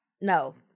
No